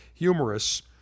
humorous